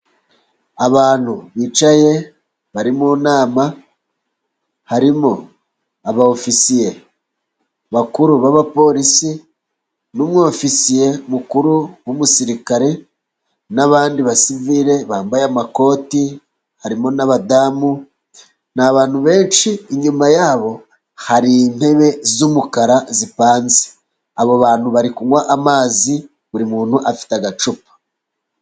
Abantu bicaye bari mu nama ,harimo aba ofisiye bakuru b'abapolisi ,ni umuwofisiye mukuru w'umusirikare, n'abandi basivili bambaye amakoti, harimo n'abadamu, n'abantu benshi. Inyuma yabo hari intebe z'umukara zipanze, abo bantu bari kunywa amazi, buri muntu afite agacupa.